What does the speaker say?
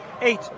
eight